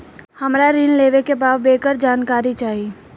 हमरा ऋण लेवे के बा वोकर जानकारी चाही